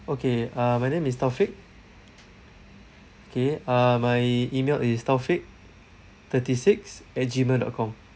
okay uh my name is taufiq K uh my email is taufiq thirty six at G mail dot com